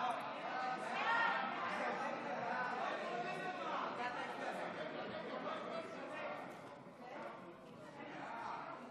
ההצעה להעביר את הצעת חוק סיוע למשפחות ברוכות ילדים (תיקוני חקיקה),